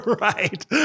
Right